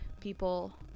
people